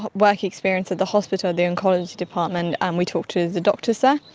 but work experience at the hospital, the oncology department, and we talked to the doctors there,